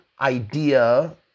idea